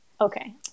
Okay